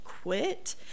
quit